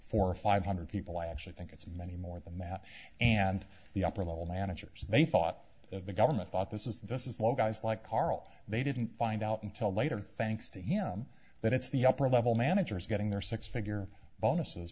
four or five hundred people i actually think it's many more than that and the upper level managers they thought the government thought this is this is low guys like karl they didn't find out until later thanks to him that it's the upper level managers getting their six figure bonuses